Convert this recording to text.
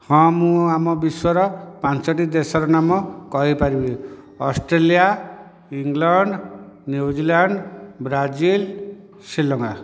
ହଁ ମୁଁ ଆମ ବିଶ୍ୱର ପାଞ୍ଚୋଟି ଦେଶର ନାମ କହିପାରିବି Australia England New Zealand Brazil Sri Lanka